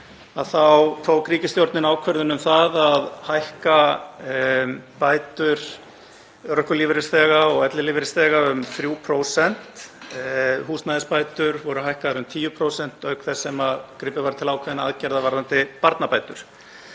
ár tók ríkisstjórnin ákvörðun um að hækka bætur örorku- og ellilífeyrisþega um 3%, húsnæðisbætur voru hækkaðar um 10% auk þess sem gripið var til ákveðinna aðgerða varðandi barnabætur.